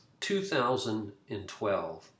2012